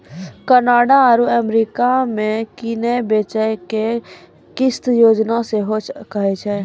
Canada आरु America मे किनै बेचै के किस्त योजना सेहो कहै छै